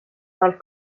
dal